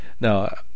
Now